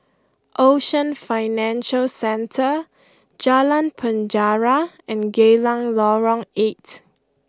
Ocean Financial Centre Jalan Penjara and Geylang Lorong eight